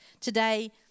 Today